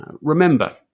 Remember